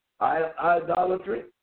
idolatry